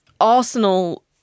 Arsenal